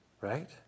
Right